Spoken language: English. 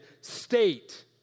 state